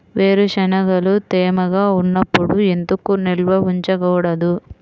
వేరుశనగలు తేమగా ఉన్నప్పుడు ఎందుకు నిల్వ ఉంచకూడదు?